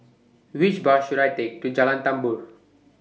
Which Bus should I Take to Jalan Tambur